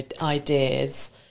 ideas